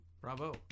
Bravo